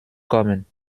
kommen